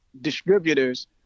distributors